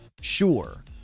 Sure